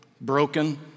broken